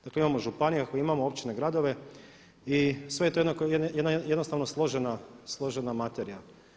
Dakle, imamo županije, imamo općine i gradove i sve je to jednostavno složena materija.